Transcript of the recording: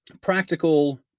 practical